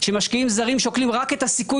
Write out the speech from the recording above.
שמשקיעים זרים שוקלים רק את הסיכוי